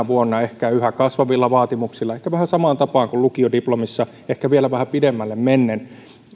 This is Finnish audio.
vuonna ehkä yhä kasvavilla vaatimuksilla ehkä vähän samaan tapaan kuin lukiodiplomissa ehkä vielä vähän pidemmälle mennen